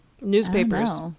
newspapers